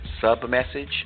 sub-message